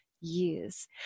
years